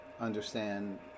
understand